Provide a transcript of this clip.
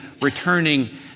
returning